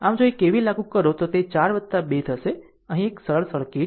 આમ જો અહીં KVL લાગુ કરો તો તે 4 2 હશે તે અહીં એક સરળ સર્કિટ નથી